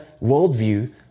worldview